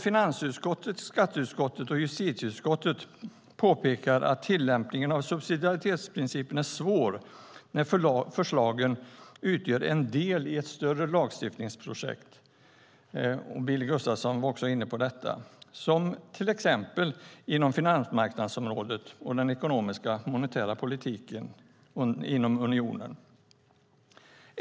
Finansutskottet, skatteutskottet och justitieutskottet påpekar att tillämpningen av subsidiaritetsprincipen är svår när förslagen utgör en del i ett större lagstiftningsprojekt. Billy Gustafsson var också inne på detta. Det gäller till exempel inom finansmarknadsområdet och den ekonomiska monetära politiken inom unionen.